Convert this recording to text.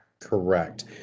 Correct